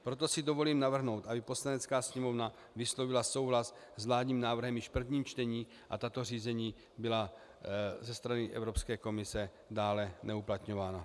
Proto si dovolím navrhnout, aby Poslanecká sněmovna vyslovila souhlas s vládním návrhem již v prvním čtení, aby tato řízení byla ze strany Evropské komise dále neuplatňována.